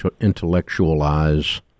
intellectualize